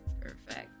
perfect